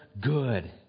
good